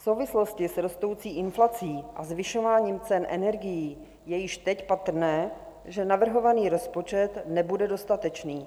V souvislosti s rostoucí inflací a zvyšováním cen energií je již teď patrné, že navrhovaný rozpočet nebude dostatečný.